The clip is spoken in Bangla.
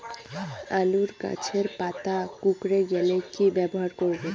আলুর গাছের পাতা কুকরে গেলে কি ব্যবহার করব?